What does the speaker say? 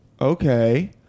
Okay